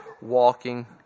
walking